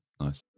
nice